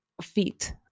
feet